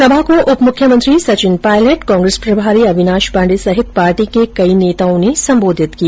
सभा को उप मुख्यमंत्री सचिन पायलट कांग्रेस प्रभारी अविनाश पांडे सहित पार्टी के कई नेताओं ने संबोधित किया